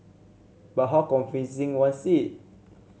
but how convincing was it